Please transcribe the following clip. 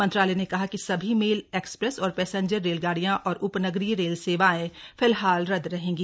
मंत्रालय ने कहा कि सभी मेल एक्सप्रेस और पैसेंजर रेलगाड़ियां और उपनगरीय रेल सेवाएं फिलहाल रद्द रहेंगी